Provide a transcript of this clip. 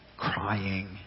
crying